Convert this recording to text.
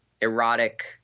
erotic